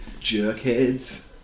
jerkheads